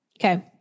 Okay